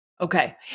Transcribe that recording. Okay